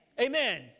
Amen